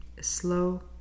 slow